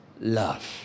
love